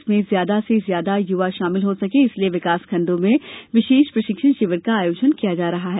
इसमें ज्यादा से ज्यादा युवा शामिल हो सके इसलिए विकासखण्डों में विशेष प्रशिक्षण शिविर का आयोजन किया जा रहा है